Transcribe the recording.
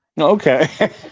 okay